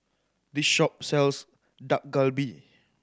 this shop sells Dak Galbi